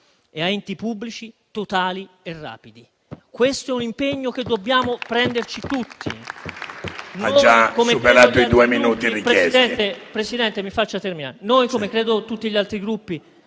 ed enti pubblici totali e rapidi. Questo è un impegno che dobbiamo prenderci tutti.